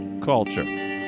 Culture